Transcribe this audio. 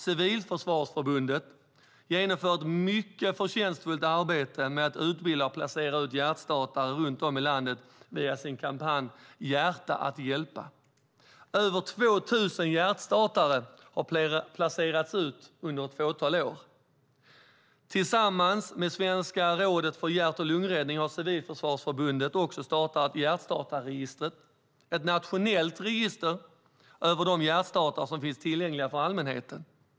Civilförsvarsförbundet genomför ett mycket förtjänstfullt arbete med att utbilda och placera ut hjärtstartare i hela landet via sin kampanj Hjärta att hjälpa. Över 2 000 hjärtstartare har placerats ut under ett fåtal år. Tillsammans med Svenska rådet för hjärt-lungräddning har Civilförsvarsförbundet startat hjärtstartarregistret, ett nationellt register över de hjärtstartare som finns tillgängliga för allmänheten.